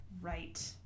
Right